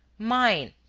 mine!